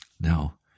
Now